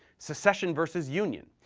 secession vs. union,